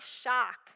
shock